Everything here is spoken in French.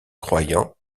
croyant